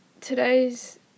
today's